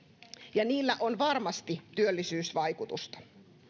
ja niillä on varmasti työllisyysvaikutusta